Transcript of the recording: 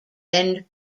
end